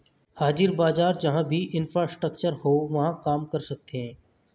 हाजिर बाजार जहां भी इंफ्रास्ट्रक्चर हो वहां काम कर सकते हैं